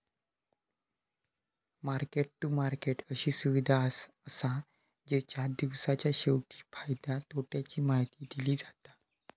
market to market अशी सुविधा असा जेच्यात दिवसाच्या शेवटी फायद्या तोट्याची माहिती दिली जाता